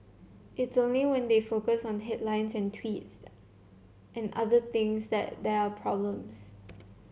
it's only when they focus on headlines and tweets and other things that there are problems